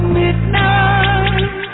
midnight